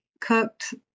cooked